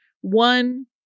one